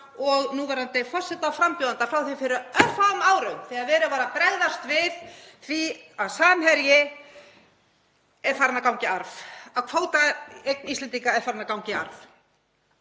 og núverandi forsetaframbjóðenda frá því fyrir örfáum árum þegar verið var að bregðast við því að Samherji er farinn að ganga í arf, að kvótaeign Íslendinga er farin að ganga í arf.